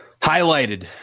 highlighted